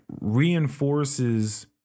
reinforces